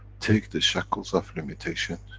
take the shackles of limitation,